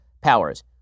powers